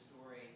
story